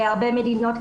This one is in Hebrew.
בהרבה מדינות,